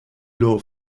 law